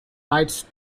rights